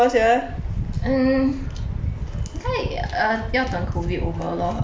mm 可以 err 要等 COVID over lor or at least phase three